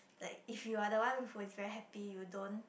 like if you are the one who is very happy you don't